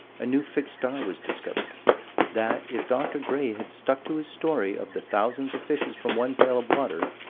a new fixed star was discovered that, if dr. gray had stuck to his story of the thousands of fishes from one pail of water,